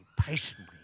patiently